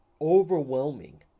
overwhelming